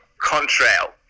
Contrail